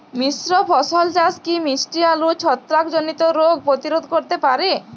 মিশ্র ফসল চাষ কি মিষ্টি আলুর ছত্রাকজনিত রোগ প্রতিরোধ করতে পারে?